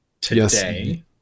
Today